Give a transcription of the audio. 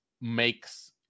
makes